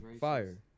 Fire